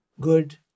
good